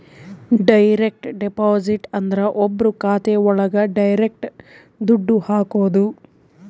direct deposit ಅಂದ್ರ ಒಬ್ರು ಖಾತೆ ಒಳಗ ಡೈರೆಕ್ಟ್ ದುಡ್ಡು ಹಾಕೋದು